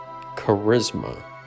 Charisma